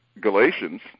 Galatians